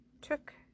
took